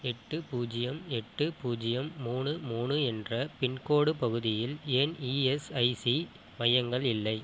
எட்டு பூஜ்ஜியம் எட்டு பூஜ்ஜியம் மூணு மூணு என்ற பின்கோடு பகுதியில் ஏன் இஎஸ்ஐசி மையங்கள் இல்லை